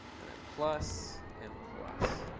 and then plus, and plus.